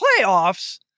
playoffs